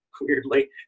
Weirdly